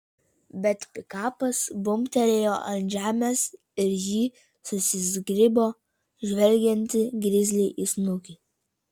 bet pikapas bumbtelėjo ant žemės ir ji susizgribo žvelgianti grizliui į snukį